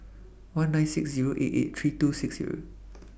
one nine six eight eight three two six